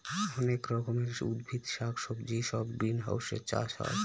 অনেক রকমের উদ্ভিদ শাক সবজি সব গ্রিনহাউসে চাষ হয়